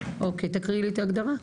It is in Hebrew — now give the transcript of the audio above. תקריא לי את ההגדרה,